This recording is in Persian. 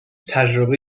تجربه